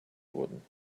wurden